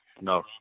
No